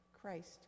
Christ